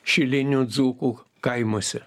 šilinių dzūkų kaimuose